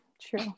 true